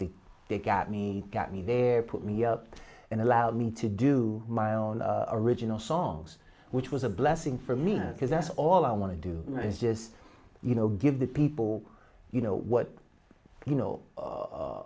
d they got me got me there put me up and allowed me to do my own original songs which was a blessing for me because that's all i want to do is just you know give the people you know what you